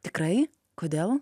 tikrai kodėl